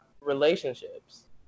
relationships